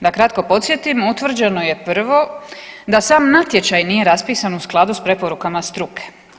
Da kratko podsjetim utvrđeno je prvo da sam natječaj nije raspisan u skladu s preporukama struke.